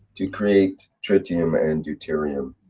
to create tritium and deuterium?